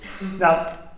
Now